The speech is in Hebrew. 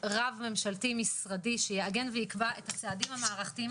רב ממשלתי משרדי שיעגן ויקבע את הצעדים המערכתיים